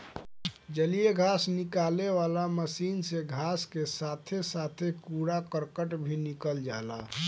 जलीय घास निकाले वाला मशीन से घास के साथे साथे कूड़ा करकट भी निकल जाला